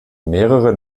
mehrere